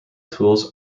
tools